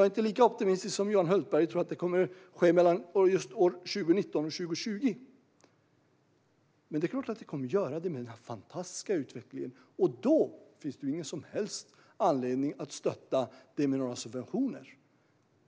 är inte lika optimistisk som Johan Hultberg och tror inte att det kommer att ske just år 2019 och 2020. Men det är klart att det kommer att ske med denna fantastiska utveckling, och då finns det ingen som helst anledning att stödja detta med några subventioner.